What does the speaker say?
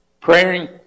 Praying